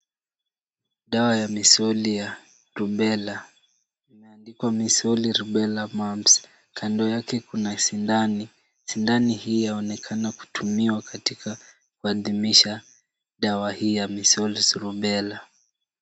Dawa ya misuli ya rubella, imeandikwa Measles Rubella mums , kando yake kuna sindani, sindani hii yaonekana kutumiwa katika kuadhimisha dawa hii ya Measles Rubella .